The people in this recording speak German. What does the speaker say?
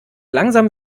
langsam